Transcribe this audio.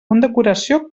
condecoració